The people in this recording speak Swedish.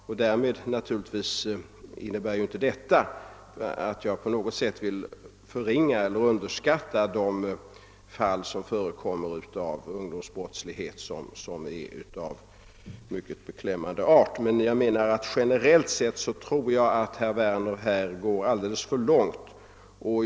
Detta innebär naturligtvis inte att jag på något sätt vill förringa eller underskatta de fall av ungdomsbrottslighet av mycket beklämmande art som förekommer. Men generellt sett tror jag att herr Werner går alldeles för långt.